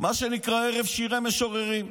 מה שנקרא ערב שירי משוררים.